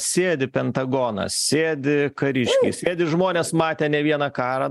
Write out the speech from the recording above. sėdi pentagonas sėdi kariškiai sėdi žmonės matę ne vieną karą